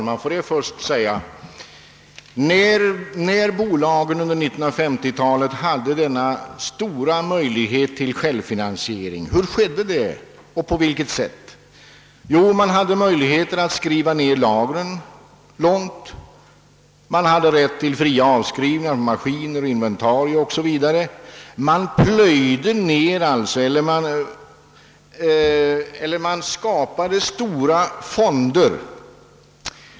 Herr talman! Under 1950-talet hade bolagen denna stora möjlighet till självfinansiering — men hur fungerade den? Jo, man kunde skriva ned lagren avsevärt, man hade rätt till fria avskrivningar av maskiner, inventarier o.s.v. och man skapade stora fonder.